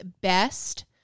best